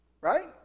Right